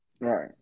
Right